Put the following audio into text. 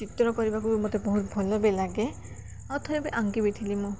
ଚିତ୍ର କରିବାକୁ ବି ମୋତେ ବହୁତ ଭଲ ବି ଲାଗେ ଆଉ ଥରେ ବି ଆଙ୍କି ବିଥିଲି ମୁଁ